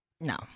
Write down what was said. No